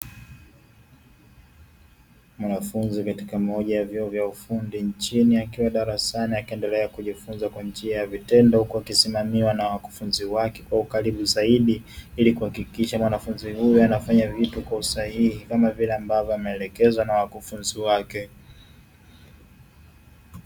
Mwanafunzi katika moja ya vyuo vya ufundi nchini akiwa darasani akiendelea kujifunza kwa njia ya vitendo huku akisimamiwa na wakufunzi wake kwa ukaribu zaidi ili kuhakikisha mwanafunzi huyo anafanya vitu kwa usahihi kama vile ambavyo amelekezwa na wakufunzi wake.